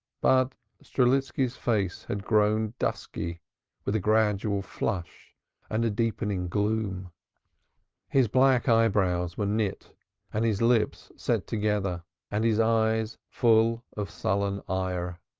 but strelitski's face had grown dusky with a gradual flush and a deepening gloom his black eyebrows were knit and his lips set together and his eyes full of sullen ire.